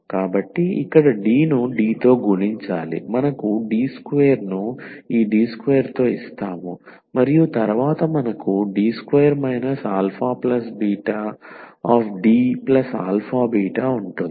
కాబట్టి ఇక్కడ D ను D తో గుణించాలి మనకు D2 ను ఈ D2తో ఇస్తాము మరియు తరువాత మనకు D2 Dαβ ఉంటుంది